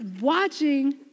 watching